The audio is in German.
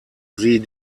sie